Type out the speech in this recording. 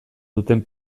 duten